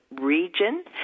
region